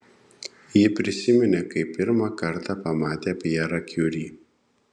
ji prisiminė kaip pirmą kartą pamatė pjerą kiuri